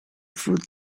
food